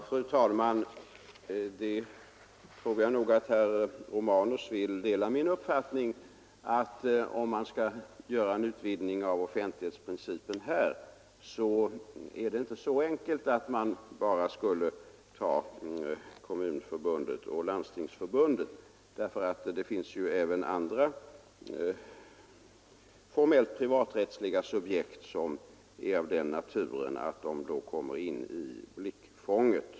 Fru talman! Jag tror nog att herr Romanus vill dela min uppfattning att om man skall göra en utvidgning av offentlighetsprincipen i detta fall, är det inte så enkelt att man kan göra detta enbart för Kommunförbundet och Landstingsförbundet. Det finns ju även andra formellt privaträttsliga subjekt som är av den naturen att de då kommer in i blickfånget.